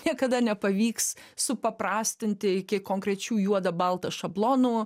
niekada nepavyks supaprastinti iki konkrečių juoda balta šablonų